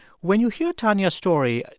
when you hear tanya's story,